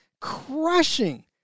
crushing